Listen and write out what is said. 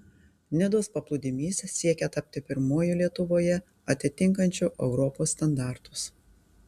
nidos paplūdimys siekia tapti pirmuoju lietuvoje atitinkančiu europos standartus